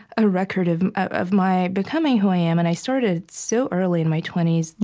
a record of of my becoming who i am. and i started so early in my twenty s.